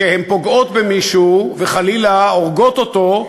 שפוגעות במישהו וחלילה הורגות אותו,